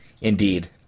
indeed